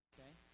Okay